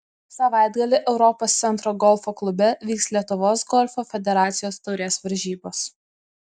savaitgalį europos centro golfo klube vyks lietuvos golfo federacijos taurės varžybos